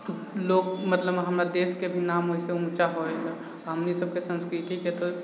लोक मतलब हमर देशके भी नाम ओहिसँ उंचा होइए हमनीसबके संस्कृतिके तऽ